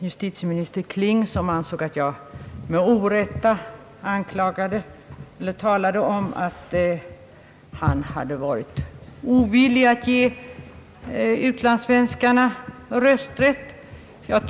Justitieminister" Kling ansåg att jag med orätt talade om att han hade varit ovillig att ge utlandssvenskarna rösträtt.